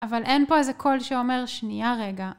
אבל אין פה איזה קול שאומר שנייה רגע.